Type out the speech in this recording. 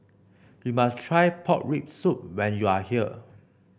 you must try Pork Rib Soup when you are here